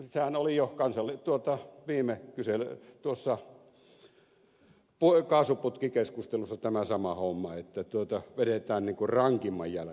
sehän oli jo tuossa kaasuputkikeskustelussa tämä sama homma että vedetään niin kuin rankimman jälkeen